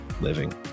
living